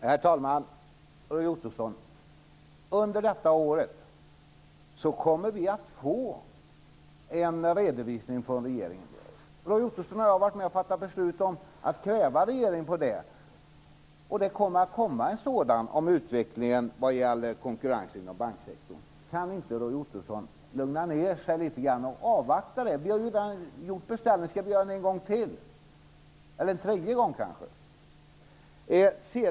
Herr talman! Under det här året kommer vi att få en redovisning från regeringen. Roy Ottosson och jag har varit med om att fatta beslut om att kräva regeringen på det, och det kommer att komma en sådan om utvecklingen vad gäller konkurrensen inom banksektorn. Kan inte Roy Ottosson lugna ned sig litet grand och avvakta den? Vi har ju redan gjort en beställning. Skall vi göra den en gång till, eller en tredje gång kanske?